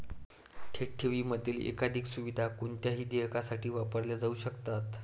थेट ठेवींमधील एकाधिक सुविधा कोणत्याही देयकासाठी वापरल्या जाऊ शकतात